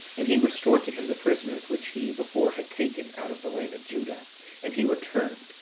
and he restored to him the prisoners which he before had taken out of the land of juda and he returned,